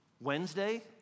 Wednesday